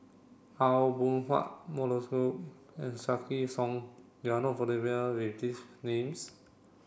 Aw Boon Haw and Wykidd Song you are not familiar with these names